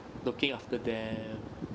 looking after them